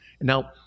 Now